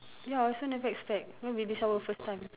ya I also never expect will be this is our first time